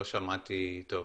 אני לא שמעתי טוב.